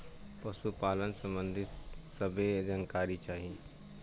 पशुपालन सबंधी सभे जानकारी चाही?